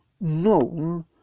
known